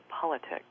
politics